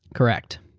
correct.